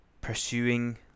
pursuing